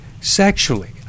sexually